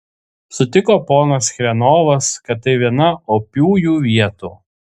sutiko ponas chrenovas kad tai viena opiųjų vietų